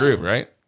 right